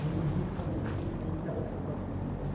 अनि डिस्काउन्टहरू केही पाइन्छ होला कति कतिको